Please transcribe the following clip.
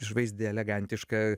išvaizdi elegantiška